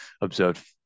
observed